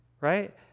Right